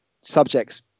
subjects